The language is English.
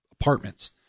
apartments